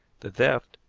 the theft,